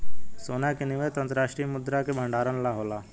सोना के निवेश अंतर्राष्ट्रीय मुद्रा के भंडारण ला होला